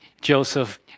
Joseph